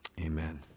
Amen